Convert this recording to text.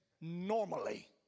normally